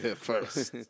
First